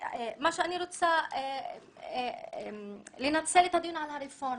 אני רוצה לנצל את הדיון על הרפורמה.